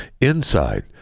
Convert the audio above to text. inside